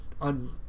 on